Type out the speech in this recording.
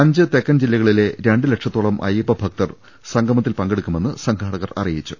അഞ്ച് തെക്കൻ ജില്ലകളിലെ രണ്ട് ലക്ഷത്തോളം അയ്യപ്പ ഭക്തർ സംഗമത്തിൽ പങ്കെടുക്കുമെന്ന് സംഘാടകർ അറിയിച്ചു